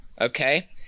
okay